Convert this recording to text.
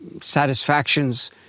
satisfactions